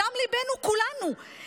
בדם ליבנו כולנו,